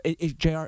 JR